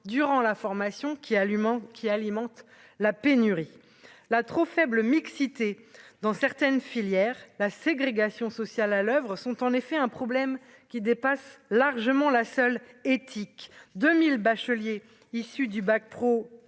durant la formation qui allumant qui alimente la pénurie, la trop faible mixité dans certaines filières, la ségrégation sociale à l'Oeuvres sont en effet un problème qui dépasse largement la seule éthique 2000 bacheliers issus du bac pro